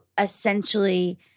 essentially